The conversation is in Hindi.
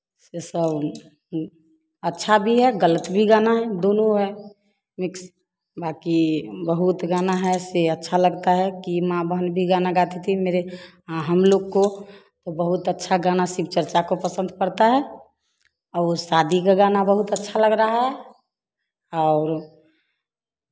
जैसे अच्छा भी है गलत भी गाना है दुनो है मिक्स बाकि बहुत गाना है से अच्छा लगता है की माँ बहन भी गाना गाती थी मेरे हम लोगों को तो बहुत अच्छा गाना शिवचर्चा को पसंद पड़ता है और शादी का गाना बहुत अच्छा लग रहा है और